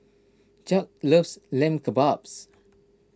Chuck loves Lamb Kebabs